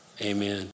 amen